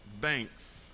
banks